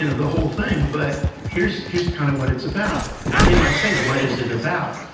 and the whole thing, but here's here's kind of what it's about. and they might say, what is it about?